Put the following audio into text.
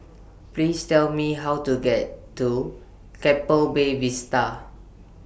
Please Tell Me How to get to Keppel Bay Vista